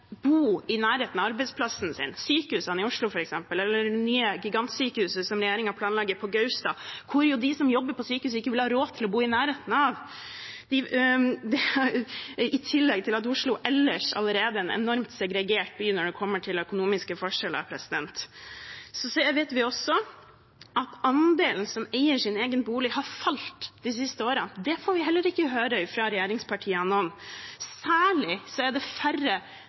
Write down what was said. bo i nærheten av arbeidsplassen sin, f.eks. sykehusene i Oslo, eller det nye gigantsykehuset som regjeringen planlegger på Gaustad – hvor jo de som jobber på sykehuset, ikke vil ha råd til å bo i nærheten av det? I tillegg er Oslo allerede en enormt segregert by når det kommer til økonomiske forskjeller. Vi vet også at andelen som eier sin egen bolig, har falt de siste årene. Det får vi heller ikke høre om fra regjeringspartiene. Særlig er det færre